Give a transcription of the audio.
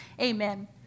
Amen